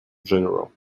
general